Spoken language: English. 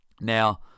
Now